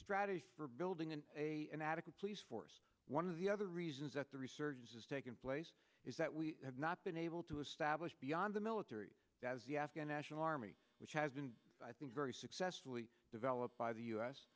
strategy for building in a an adequate police force one of the other real that the research has taken place is that we have not been able to establish beyond the military does the afghan national army which has been i think very successfully developed by the u